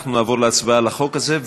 אנחנו נעבור להצבעה על החוק הזה,